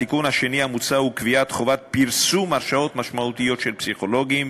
התיקון השני המוצע הוא קביעת חובת פרסום הרשעות משמעתיות של פסיכולוגים,